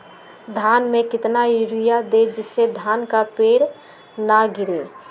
धान में कितना यूरिया दे जिससे धान का पेड़ ना गिरे?